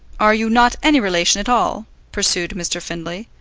are you not any relation at all? pursued mr. findlay.